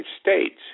states